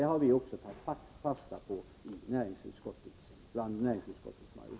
Det har också majoriteten i näringsutskottet tagit fasta på.